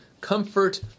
comfort